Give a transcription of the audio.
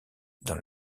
dans